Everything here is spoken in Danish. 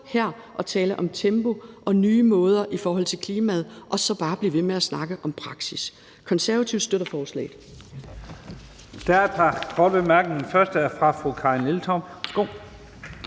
her og tale om tempo og nye måder i forhold til klimaet og så bare blive ved med at snakke om praksis. Konservative støtter forslaget. Kl. 11:52 Første næstformand (Leif Lahn